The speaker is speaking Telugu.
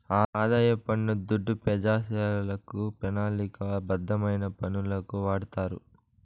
ఆదాయ పన్ను దుడ్డు పెజాసేవలకు, పెనాలిక బద్ధమైన పనులకు వాడతారు